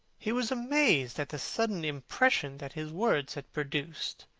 he was amazed at the sudden impression that his words had produced,